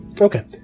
Okay